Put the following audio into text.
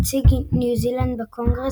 נציג ניו זילנד בקונגרס,